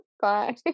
bye